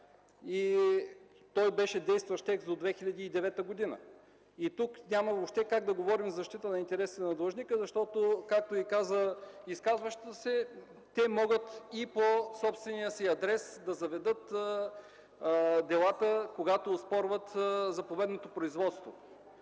и той беше действащ и до 2009 г. Тук няма въобще как да говорим за защита интересите на длъжника, защото, както каза и изказващата се, те могат и по собствения си адрес да заведат делата, когато оспорват заповедното производство.